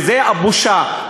וזאת הבושה,